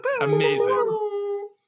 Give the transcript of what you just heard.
Amazing